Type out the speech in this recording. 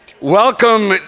welcome